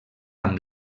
amb